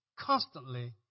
Constantly